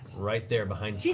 right there behind yeah